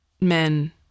men